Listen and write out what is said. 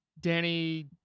Danny